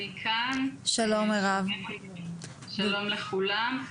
שלום לכולם.